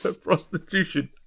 prostitution